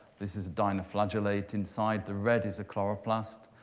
this is dye in a flagellate inside. the red is a chloroplast.